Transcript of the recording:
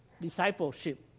discipleship